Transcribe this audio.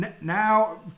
now